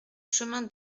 chemin